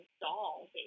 doll